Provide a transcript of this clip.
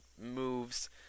moves